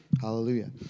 Hallelujah